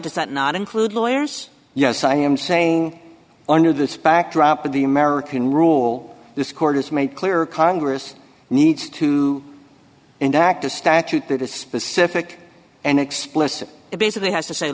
does that not include lawyers yes i am saying under this backdrop of the american rule this court has made clear congress needs to enact a statute that is specific and explicit it basically has to say